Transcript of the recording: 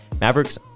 Mavericks